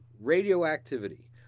radioactivity